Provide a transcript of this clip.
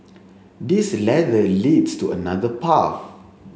this ladder leads to another path